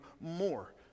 more